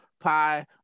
pie